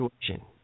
situation